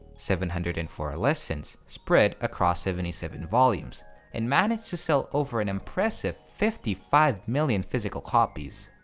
seven hundred and four lessons spread across seventy seven volumes and managed to sell over an impressive fifty five million physical copies.